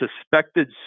suspected